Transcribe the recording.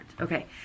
Okay